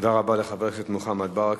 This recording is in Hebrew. תודה רבה לחבר הכנסת מוחמד ברכה.